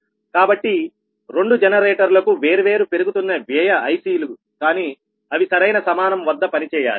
కాబట్టి 2 జనరేటర్లుకు వేర్వేరు పెరుగుతున్న వ్యయ ICలు కానీ అవి సరైన సమానం వద్ద పనిచేయాలి